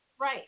Right